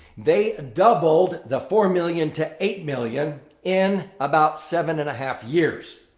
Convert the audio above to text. they doubled the four million to eight million in about seven and a half years.